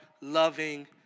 loving